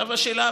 השאלה,